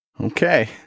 Okay